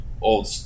old